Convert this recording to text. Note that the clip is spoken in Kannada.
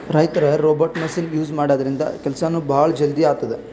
ರೈತರ್ ರೋಬೋಟ್ ಮಷಿನ್ ಯೂಸ್ ಮಾಡದ್ರಿನ್ದ ಕೆಲ್ಸನೂ ಭಾಳ್ ಜಲ್ದಿ ಆತದ್